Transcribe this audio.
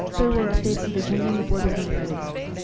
there were updates that agenda and the board was notified of these.